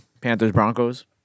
Panthers-Broncos